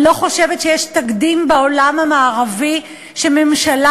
אני לא חושבת שיש תקדים בעולם המערבי שממשלה